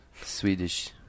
Swedish